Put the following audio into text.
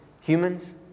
Humans